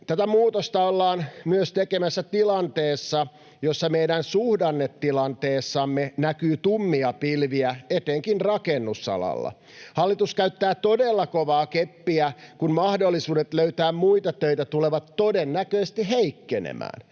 Tätä muutosta ollaan myös tekemässä tilanteessa, jossa meidän suhdannetilanteessamme näkyy tummia pilviä etenkin rakennusalalla. Hallitus käyttää todella kovaa keppiä, kun mahdollisuudet löytää muita töitä tulevat todennäköisesti heikkenemään.